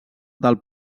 del